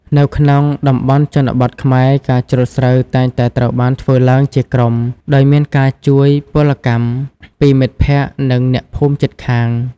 នៅក្នុងតំបន់ជនបទខ្មែរ ការច្រូតស្រូវតែងតែត្រូវបានធ្វើឡើងជាក្រុមដោយមានការជួយពលកម្មពីមិត្តភក្តិនិងអ្នកភូមិជិតខាង។